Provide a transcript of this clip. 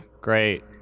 great